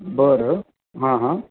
बरं हां हां